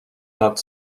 nad